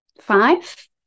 five